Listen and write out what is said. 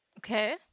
okay